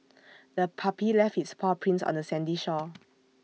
the puppy left its paw prints on the sandy shore